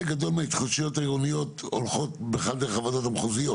גדול מההתחדשויות העירוניות הולכות בכלל דרך הוועדות המחוזיות,